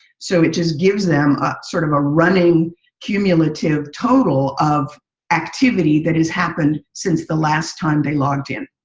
so, it just gives them sort of a running accumulative total of activity that has happened since the last time they logged in.